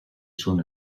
són